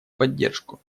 поддержку